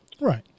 Right